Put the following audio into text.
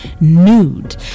nude